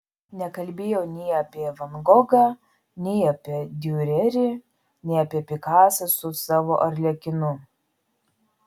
nekalbėjo nei apie van gogą nei apie diurerį nei apie pikasą su savo arlekinu